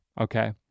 Okay